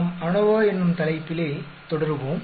நாம் அநோவா என்னும் தலைப்பிலே தொடருவோம்